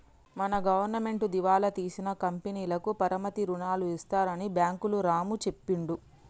మన గవర్నమెంటు దివాలా తీసిన కంపెనీలకు పరపతి రుణాలు ఇస్తారని బ్యాంకులు రాము చెప్పిండు